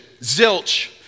Zilch